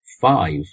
five